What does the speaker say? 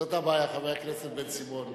זאת הבעיה, חבר הכנסת בן-סימון.